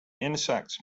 insects